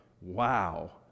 wow